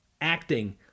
acting